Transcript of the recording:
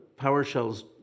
PowerShell's